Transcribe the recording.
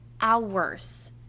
hours